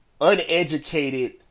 uneducated